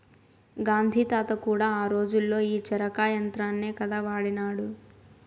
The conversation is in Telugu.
గాంధీ తాత కూడా ఆ రోజుల్లో ఈ చరకా యంత్రాన్నే కదా వాడినాడు